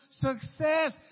success